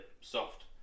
soft